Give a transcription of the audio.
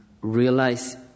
realize